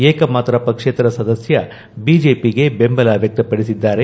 ಏಕಮಾತ್ರ ಪಕ್ಷೇತರ ಸದಸ್ಯ ಬಿಜೆಪಿಗೆ ಬೆಂಬಲ ವ್ಯಕ್ತಪಡಿಸಿದ್ದಾರೆ